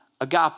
Agape